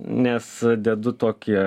nes dedu tokį